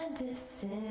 Medicine